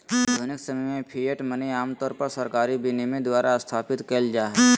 आधुनिक समय में फिएट मनी आमतौर पर सरकारी विनियमन द्वारा स्थापित कइल जा हइ